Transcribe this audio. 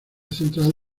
central